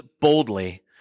boldly